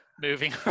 moving